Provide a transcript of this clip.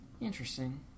Interesting